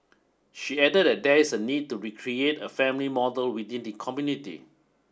she added that there is a need to be create a family model within the community